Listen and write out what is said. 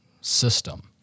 system